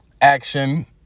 action